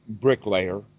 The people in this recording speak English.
bricklayer